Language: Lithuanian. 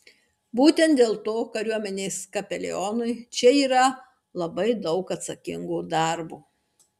būtent dėl to kariuomenės kapelionui čia yra labai daug atsakingo darbo